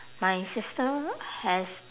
my sister has